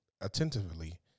attentively